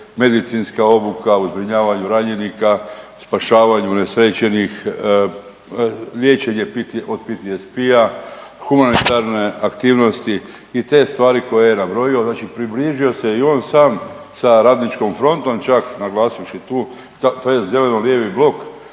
medicinska obuka u zbrinjavanju ranjenika, spašavanju unesrećenih, liječenje od PTSP-a, humanitarne aktivnosti i te stvari koje je nabrojio, znači približio se i on sam sa Radničkom frontom čak naglasivši tu tj. Zeleno-lijevi blok